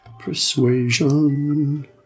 Persuasion